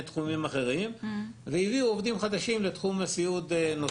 תחומים אחרים והביאו עובדים חדשים נוספים לתחום הסיעוד.